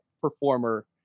performer